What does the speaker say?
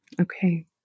Okay